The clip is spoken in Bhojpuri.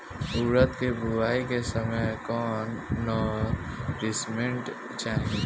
उरद के बुआई के समय कौन नौरिश्मेंट चाही?